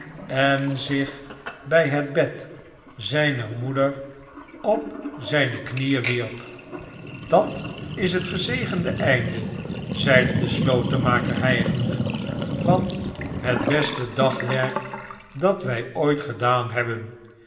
en zich bij het bed zijner moeder op zijne knieen wierp dat is het gezegende einde zeide de slotenmaker hijgende svart het beste dagwerk dat wij ooit gedaan hebben